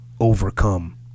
overcome